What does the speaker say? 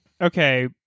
okay